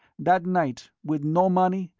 that night, with no money,